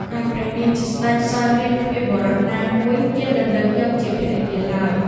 ដោយព្រះនាងជាសេ្តចសោយរាជ្យ គ្មានបុរសណាមួយហ៊ានដណ្តឹងយកជាភរិយាឡើយ។